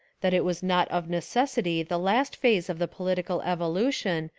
that it was not of necessity the last phase of the political evolution,